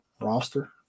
roster